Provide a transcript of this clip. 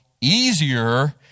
easier